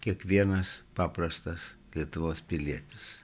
kiekvienas paprastas lietuvos pilietis